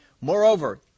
Moreover